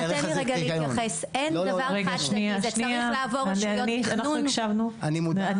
זה צריך לעבור רשויות תכנון.